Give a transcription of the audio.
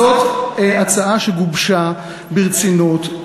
זאת הצעה שגובשה ברצינות.